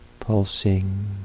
Pulsing